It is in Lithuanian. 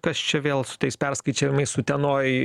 kas čia vėl su tais perskaičiavimais utenoj